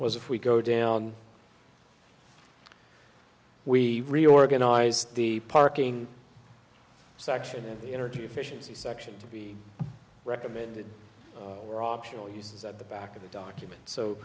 was if we go down we reorganized the parking section in the energy efficiency section to be recommended were optional uses at the back of the document so